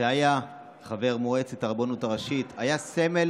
שהיה חבר מועצת הרבנות הראשית והיה סמל